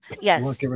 Yes